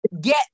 get